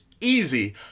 easy